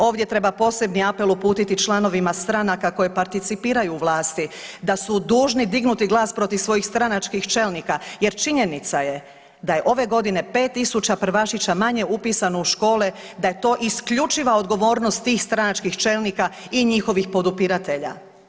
Ovdje treba posebni apel uputiti članovima stranaka koje participiraju u vlasti da su dužni dignuti glas protiv svojih stranačkih čelnika jer činjenica je da je ove godine 5.000 prvašića manje upisano u škole, da je to isključiva odgovornost tih stranačkih čelnika i njihovih podupiratelja.